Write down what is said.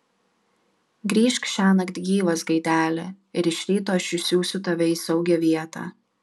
grįžk šiąnakt gyvas gaideli ir iš ryto aš išsiųsiu tave į saugią vietą